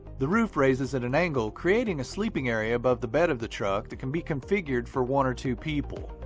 the roof raises at an angle creating a sleeping area above the bed of the truck that can be configured for one or two people.